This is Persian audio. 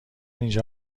اینجا